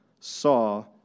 saw